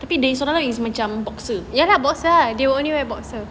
nanti sekerang is macam boxer